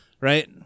Right